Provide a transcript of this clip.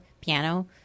piano